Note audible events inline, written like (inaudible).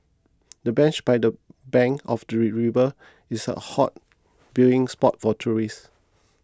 the bench by the bank of the (unintelligible) river is a hot viewing spot for tourists